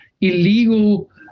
illegal